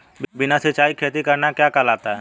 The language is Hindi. बिना सिंचाई खेती करना क्या कहलाता है?